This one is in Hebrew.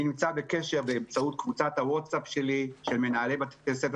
אני נמצא בקשר באמצעות קבוצת הווטסאפ שלי עם מנהלי בתי הספר